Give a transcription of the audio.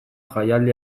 jaialdi